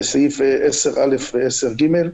בסעיף 10(א) ו-10(ג),